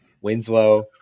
Winslow